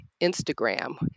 Instagram